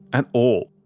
at all.